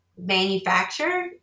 manufacturer